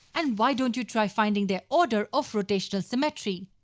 and why don't you try finding their order of rotational symmetry.